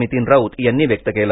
नितीन राऊत यांनी व्यक्त केला